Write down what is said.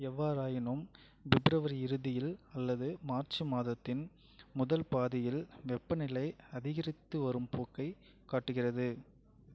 எவ்வாறாயினும் பிப்ரவரி இறுதியில் அல்லது மார்ச் மாதத்தின் முதல் பாதியில் வெப்பநிலை அதிகரித்து வரும் போக்கை காட்டுகிறது